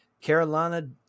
Carolina